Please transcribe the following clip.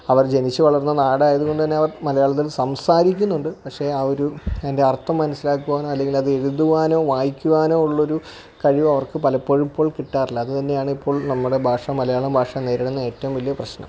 അവർ ജനിച്ച് വളർന്ന നാടായതുകൊണ്ട് തന്നെ അവർ മലയാളത്തിൽ സംസാരിക്കുന്നുണ്ട് പക്ഷേ ആ ഒരു അതിൻ്റെ അർത്ഥം മനസ്സിലാക്കുവാനോ അല്ലെങ്കിൽ അത് എഴുതുവാനോ വായിക്കുവാനോ ഉള്ളൊരു കഴിവ് അവർക്ക് പലപ്പോഴും ഇപ്പോൾ കിട്ടാറില്ല അത് തന്നെ ആണ് ഇപ്പോൾ നമ്മുടെ ഭാഷ മലയാളം ഭാഷ നേരിടുന്ന ഏറ്റവും വലിയ പ്രശ്നം